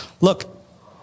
look